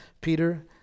Peter